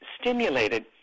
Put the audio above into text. stimulated